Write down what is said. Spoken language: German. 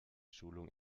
schulung